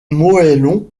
moellons